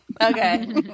Okay